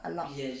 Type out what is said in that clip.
a lot